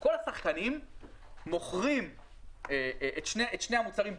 כל השחקנים מוכרים את שני המוצרים ביחד.